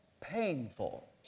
painful